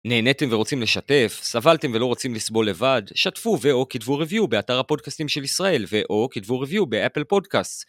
נהנתם ורוצים לשתף? סבלתם ולא רוצים לסבול לבד? שתפו ואו כתבו ריוויו באתר הפודקאסטים של ישראל ואו כתבו ריוויו באפל פודקאסט.